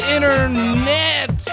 Internet